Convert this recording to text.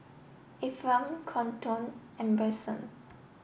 Ephraim Quinton and Branson